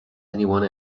anyone